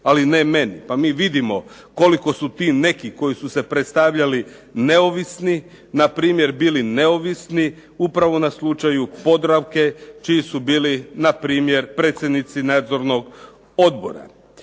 ali ne meni. Pa mi vidimo koliko su ti neki koji su se predstavljali neovisni na primjer bili neovisni upravo na slučaju Podravke čiji su bili na primjer predsjednici nadzornog odbora.